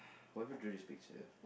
what if you drew this picture